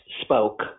spoke